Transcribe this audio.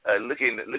looking